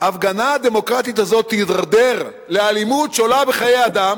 שההפגנה הדמוקרטית הזאת תידרדר לאלימות שעולה בחיי אדם,